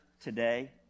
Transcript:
today